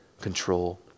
control